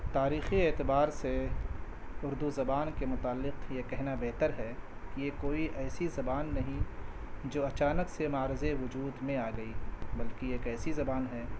تاریخی اعتبار سے اردو زبان کے متعلق یہ کہنا بہتر ہے کہ یہ کوئی ایسی زبان نہیں جو اچانک سے معرکہ وجود میں آ گئی بلکہ یہ ایک ایسی زبان ہے